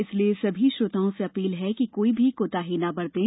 इसलिए सभी श्रोताओं से अपील है कि कोई भी कोताही न बरतें